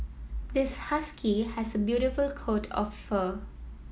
this husky has a beautiful coat of fur